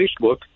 Facebook